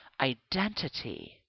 identity